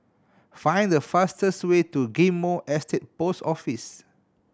find the fastest way to Ghim Moh Estate Post Office